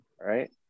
Right